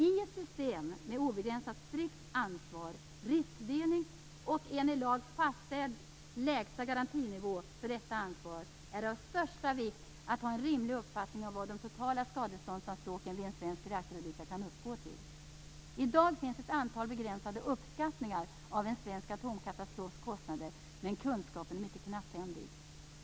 I ett system med obegränsat strikt ansvar, riskdelning och en i lag fastställd lägsta garantinivå för detta ansvar är det av största vikt att ha en rimlig uppfattning om vad de totala skadeståndsanspråken vid en svensk reaktorolycka kan uppgå till. I dag finns ett antal begränsade uppskattningar av en svensk atomkatastrofs kostnader, men kunskapen är mycket knapphändig.